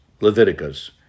Leviticus